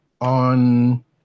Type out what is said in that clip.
on